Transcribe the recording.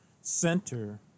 center